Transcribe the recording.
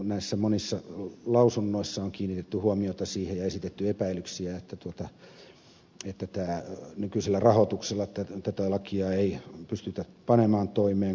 näissä monissa lausunnoissa on kiinnitetty huomiota siihen ja esitetty epäilyksiä että nykyisellä rahoituksella tätä lakia ei pystytä panemaan toimeen kunnolla